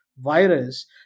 virus